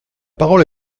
parole